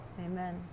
Amen